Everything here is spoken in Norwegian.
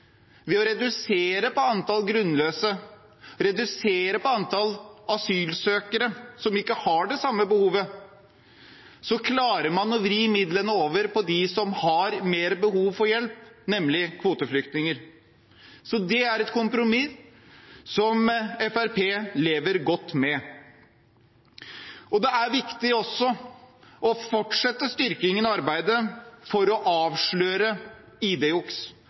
ved å redusere antallet grunnløse, redusere antallet asylsøkere som ikke har det samme behovet, klarer man å vri midlene over på dem som har mer behov for hjelp, nemlig kvoteflyktninger. Det er et kompromiss som Fremskrittspartiet lever godt med. Det er også viktig å fortsette styrkingen av arbeidet for å avsløre